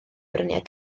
bryniau